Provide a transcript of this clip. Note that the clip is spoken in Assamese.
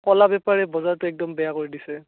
ক'লা বেপাৰীয়ে বজাৰটো একদম বেয়া কৰি দিছে